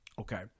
okay